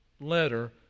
letter